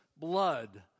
blood